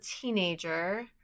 teenager